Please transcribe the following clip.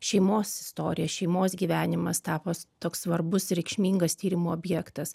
šeimos istorija šeimos gyvenimas tapo toks svarbus reikšmingas tyrimų objektas